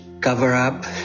cover-up